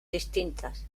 distintas